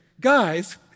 guys